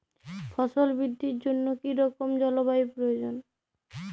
ফসল বৃদ্ধির জন্য কী রকম জলবায়ু প্রয়োজন?